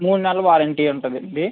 మూడు నెలలు వారెంటీ ఉంటుందండి